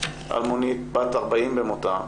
בת 40 במותה,